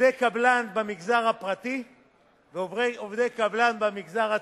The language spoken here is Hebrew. עובדי קבלן במגזר הפרטי ועובדי קבלן במגזר הציבורי.